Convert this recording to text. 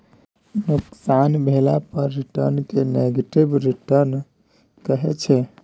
नोकसान भेला पर रिटर्न केँ नेगेटिव रिटर्न कहै छै